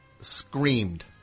screamed